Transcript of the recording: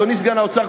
אדוני סגן שר האוצר,